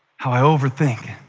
how i overthink,